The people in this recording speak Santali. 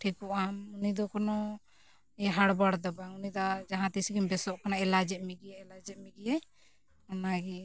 ᱴᱷᱤᱠᱚᱜ ᱟᱢ ᱩᱱᱤ ᱫᱚ ᱠᱚᱱᱚ ᱦᱟᱲᱵᱟᱲ ᱫᱚ ᱵᱟᱝ ᱩᱱᱤ ᱫᱚ ᱡᱟᱦᱟᱸ ᱛᱤᱥ ᱜᱮᱢ ᱵᱮᱥᱚᱜ ᱠᱟᱱᱟ ᱮᱞᱟᱡᱮᱫ ᱢᱮᱜᱮᱭᱟᱭ ᱮᱞᱟᱡᱮᱫ ᱢᱮᱜᱮᱭᱟᱭ ᱚᱱᱟᱜᱮ